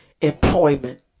employment